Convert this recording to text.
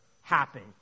happen